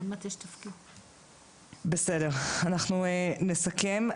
אנחנו נסכם.